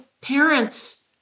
parents